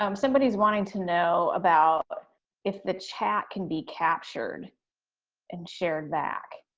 um somebody's wanting to know about if the chat can be captured and shared back.